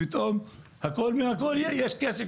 פתאום יש כסף,